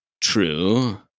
True